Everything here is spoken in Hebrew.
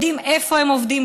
יודעים איפה הם עובדים,